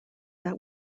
that